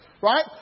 right